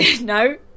No